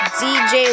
dj